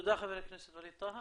תודה, חבר הכנסת ווליד טאהא.